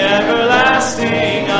everlasting